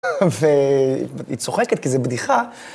והיא צוחקת, כי זה בדיחה.